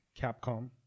Capcom